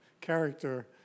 character